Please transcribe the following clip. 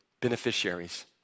beneficiaries